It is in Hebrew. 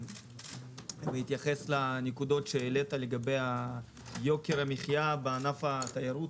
בהתייחס לנקודות שהעלית לגבי יוקר המחיה בענף התיירות,